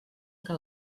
que